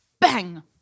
bang